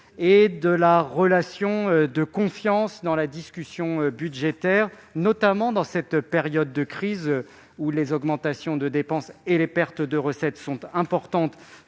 de la relation de confiance dans la discussion budgétaire, notamment en cette période de crise, où les augmentations de dépenses et les pertes de recettes atteignent des